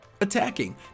attacking